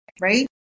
right